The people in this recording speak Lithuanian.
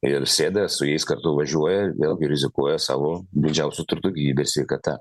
ir sėda su jais kartu važiuoja vėlgi rizikuoja savo didžiausiu turtu gyvybe ir sveikata